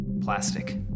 Plastic